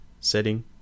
setting